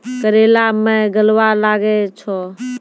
करेला मैं गलवा लागे छ?